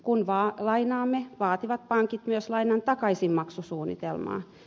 kun lainaamme vaativat pankit myös lainan takaisinmaksusuunnitelmaa